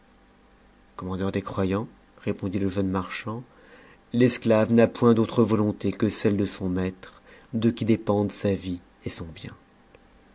commandeur des croyants répondit le jeune marchand l'esclave n'a point d'au tre volonté que celle de son maître de qui dépendent sa vie et son bien